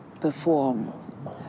perform